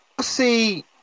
see